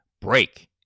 Break